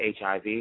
HIV